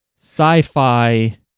sci-fi